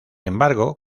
embargo